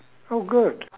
oh good